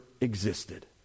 existed